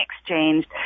exchanged